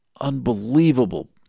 unbelievable